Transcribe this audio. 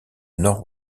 nord